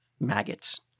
maggots